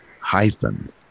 hyphen